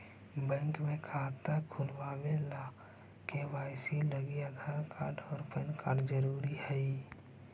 bank में जमा खाता खुलावे ला के.वाइ.सी लागी आधार कार्ड और पैन कार्ड ज़रूरी हई